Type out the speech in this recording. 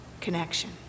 connection